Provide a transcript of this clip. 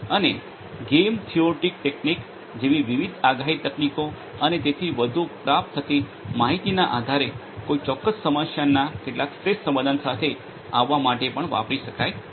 અને game theoretic technique જેવી વિવિધ આગાહી તકનીકો અને તેથી વધુ પ્રાપ્ત થતી માહિતીના આધારે કોઈ ચોક્કસ સમસ્યાના કેટલાક શ્રેષ્ઠ સમાધાન સાથે આવવા માટે પણ વાપરી શકાય છે